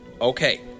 Okay